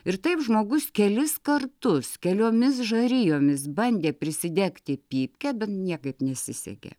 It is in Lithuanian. ir taip žmogus kelis kartus keliomis žarijomis bandė prisidegti pypkę bet niekaip nesisekė